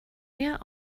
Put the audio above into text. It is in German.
mehr